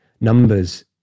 numbers